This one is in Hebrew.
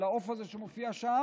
על העוף הזה שמופיע שם,